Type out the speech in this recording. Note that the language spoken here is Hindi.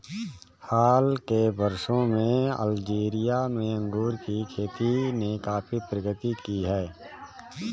हाल के वर्षों में अल्जीरिया में अंगूर की खेती ने काफी प्रगति की है